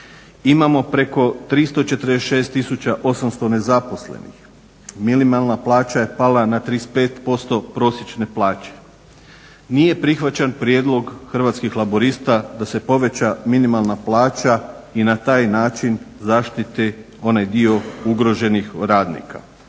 imamo preko 346 tisuća 800 nezaposlenih, minimalna plaća pala je na 35% prosječne plaće. Nije prihvaćen prijedlog Hrvatskih laburista da se poveća minimalna plaća i na taj način zaštiti onaj dio ugroženih radnika.